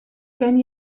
ken